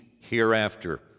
hereafter